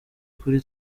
kuri